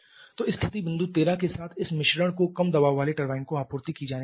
तो स्थिति बिंदु 13 के साथ इस मिश्रण को कम दबाव वाले टरबाइन को आपूर्ति की जाने वाली है